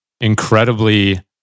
incredibly